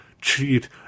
cheat